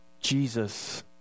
Jesus